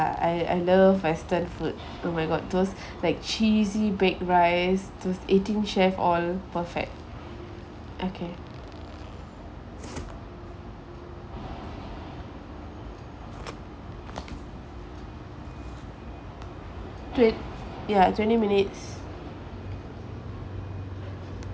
I I love western food oh my god those like cheesy baked rice those eighteen chef all perfect okay twen~ ya twenty minutes